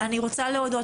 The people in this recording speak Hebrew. אני רוצה להודות